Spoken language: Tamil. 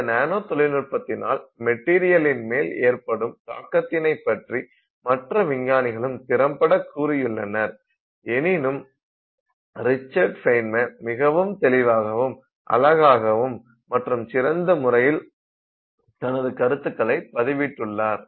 இந்த நானோ தொழில்நுட்பத்தினால் மெட்டீரியலின் மேல் ஏற்படும் தாக்கத்தினை பற்றி மற்ற விஞ்ஞானிகளும் திறம்பட கூறியுள்ளனர் எனினும் ரிச்சர்ட் ஃபெய்ன்மேன் மிகவும் தெளிவாகவும் அழகாகவும் மற்றும் சிறந்த முறையில் தனது கருத்துகளை பதிவிட்டுள்ளார்